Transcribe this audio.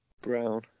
Brown